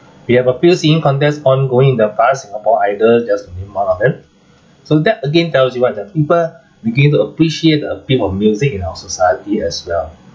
we have a few singing contest ongoing in the past singapore idol just to name one of them so that again tells you what the people begin to appreciate the appeal of music in our society as well